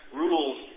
rules